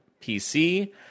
PC